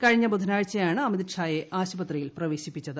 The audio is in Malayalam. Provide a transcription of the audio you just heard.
കഴിഞ്ഞ ബുധനാഴ്ചയാണ് അമിത് ഷായെ ആശുപത്രിയിൽ പ്രവേശിപ്പിച്ചത്